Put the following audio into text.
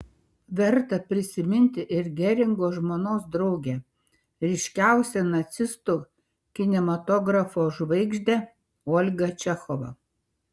verta prisiminti ir geringo žmonos draugę ryškiausią nacistų kinematografo žvaigždę olgą čechovą